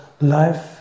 life